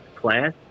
plan